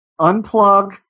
unplug